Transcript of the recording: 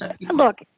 look